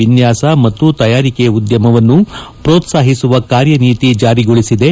ವಿನ್ನಾಸ ಮತ್ತು ತಯಾರಿಕೆ ಉದ್ದಮವನ್ನು ಪ್ರೋತ್ಸಾಹಿಸುವ ಕಾರ್ಯನೀತಿ ಜಾರಿಗೊಳಿಸಿದೆ